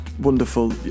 wonderful